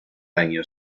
año